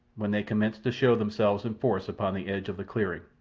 when they commenced to show themselves in force upon the edge of the clearing,